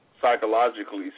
psychologically